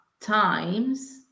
times